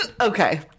okay